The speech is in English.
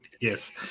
Yes